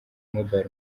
mobile